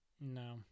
no